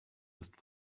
ist